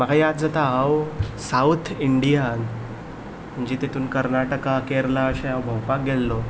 म्हाका याद जाता हांव सावत इंडियान जितून कर्नाटका केरला अशें हांव भोंवपाक गेल्लों